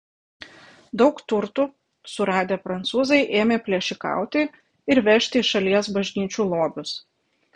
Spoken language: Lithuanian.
daug turtų suradę prancūzai ėmė plėšikauti ir vežti iš šalies bažnyčių lobius